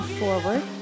forward